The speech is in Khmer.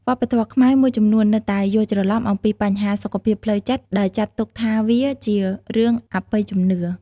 វប្បធម៌ខ្មែរមួយចំនួននៅតែយល់ច្រឡំអំពីបញ្ហាសុខភាពផ្លូវចិត្តដោយចាត់ទុកថាវាជារឿងអបិយជំនឿ។